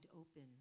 open